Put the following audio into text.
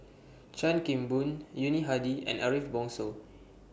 Chan Kim Boon Yuni Hadi and Ariff Bongso